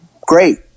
great